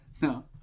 No